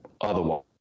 otherwise